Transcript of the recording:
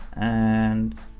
and,